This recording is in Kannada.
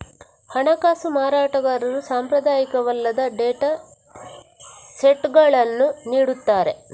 ಹಣಕಾಸು ಮಾರಾಟಗಾರರು ಸಾಂಪ್ರದಾಯಿಕವಲ್ಲದ ಡೇಟಾ ಸೆಟ್ಗಳನ್ನು ನೀಡುತ್ತಾರೆ